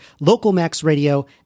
localmaxradio